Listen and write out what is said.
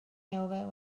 ewro